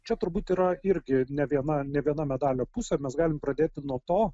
čia turbūt yra irgi ne viena ne viena medalio pusė mes galim pradėti nuo to